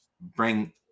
bring